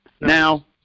Now